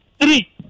three